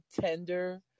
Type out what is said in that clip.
tender